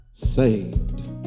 saved